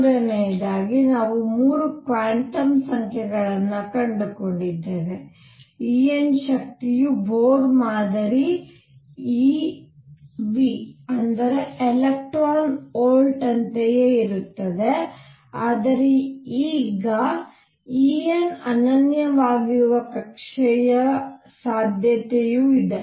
ಮೂರನೆಯದಾಗಿ ನಾವು 3 ಕ್ವಾಂಟಮ್ ಸಂಖ್ಯೆಗಳನ್ನು ಕಂಡುಕೊಂಡಿದ್ದೇವೆ En ಶಕ್ತಿಯು ಬೋರ್ ಮಾದರಿ eV ಯಂತೆಯೇ ಇರುತ್ತದೆ ಆದರೆ ಈಗ En ಅನನ್ಯವಾಗಿರುವ ಕಕ್ಷೆಯ ಸಾಧ್ಯತೆಯು ಇದೆ